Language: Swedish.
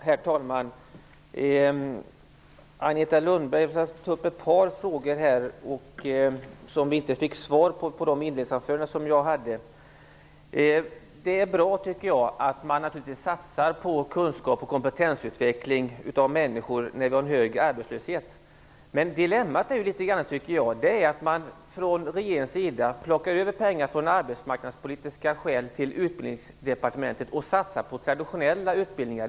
Herr talman! Jag skall ta upp ett par frågor från det inledningsanförande jag höll och som vi inte fick svar på, Agneta Lundberg. Det är bra, tycker jag, att man satsar på kunskapsoch kompetensutveckling av människor när vi har hög arbetslöshet. Men dilemmat är litet grand att man från regeringens sida plockar över pengar som avsatts av arbetsmarknadspolitiska skäl till Utbildningsdepartementet och satsar på traditionella utbildningar.